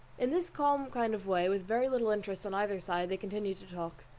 in this calm kind of way, with very little interest on either side, they continued to talk,